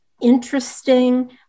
interesting